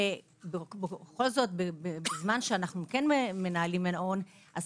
בזמן שאנו כן מנהלים מעון, יש